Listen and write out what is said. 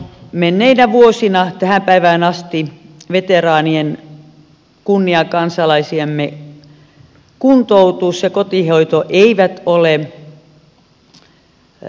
menneistä vuosista tähän päivään asti veteraanien kunniakansalaisiemme kuntoutus ja kotihoito eivät ole hoituneet tarpeeksi hyvin